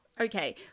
Okay